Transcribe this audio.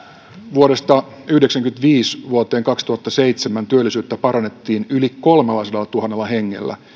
vuodesta yhdeksänkymmentäviisi vuoteen kaksituhattaseitsemän työllisyyttä parannettiin yli kolmellasadallatuhannella hengellä